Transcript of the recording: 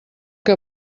que